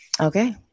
Okay